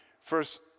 First